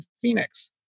Phoenix